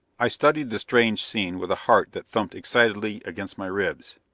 i studied the strange scene with a heart that thumped excitedly against my ribs.